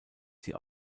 sie